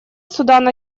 судан